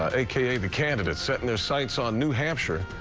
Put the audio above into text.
ah okay the candidates set and their sights ah new hampshire.